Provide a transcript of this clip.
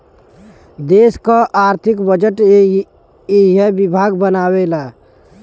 देस क आर्थिक बजट एही विभाग बनावेला